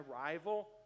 rival